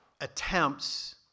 attempts